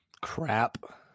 Crap